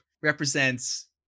represents